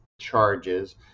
charges